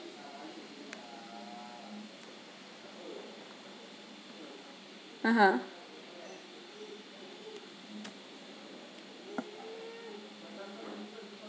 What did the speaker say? (uh huh)